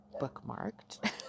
bookmarked